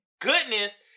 goodness